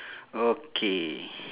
okay